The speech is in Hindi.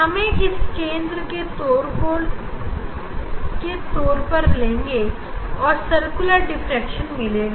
हम इसे केंद्र के तौर पर लेंगे और हमें सर्कुलर डिफ्रेक्शन मिलेगा